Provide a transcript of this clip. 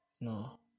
No